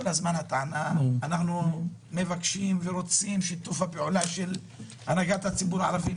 כל הזמן טוענים שרוצים את שיתוף הפעולה של הנהגת הציבור הערבי.